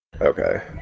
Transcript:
Okay